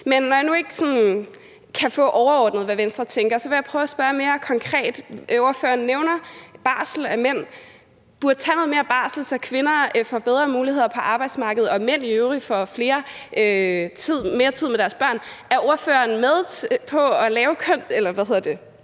Venstre tænker, så vil jeg prøve at spørge mere konkret. Ordføreren nævner barsel, og at mænd burde tage noget mere barsel, så kvinder får bedre muligheder på arbejdsmarkedet – og mænd i øvrigt får mere tid med deres børn. Er ordføreren med på at lave –